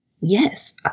Yes